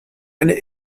eine